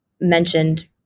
mentioned